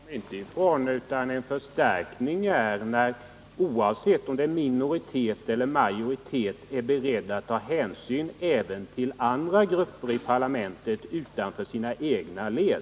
Herr talman! Man kan inte komma ifrån att det innebär en förstärkning att en regering, oavsett om det handlar om en majoritetseller en minoritetsregering, är beredd att ta hänsyn även till grupper utanför de egna leden i parlamentet.